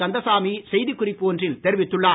கந்தசாமி செய்திக் குறிப்பு ஒன்றில் தெரிவித்துள்ளார்